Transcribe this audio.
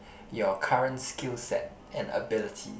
your current skill set and ability